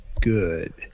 good